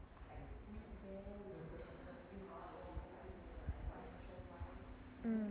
mm